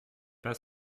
pas